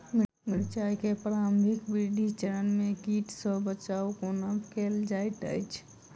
मिर्चाय केँ प्रारंभिक वृद्धि चरण मे कीट सँ बचाब कोना कैल जाइत अछि?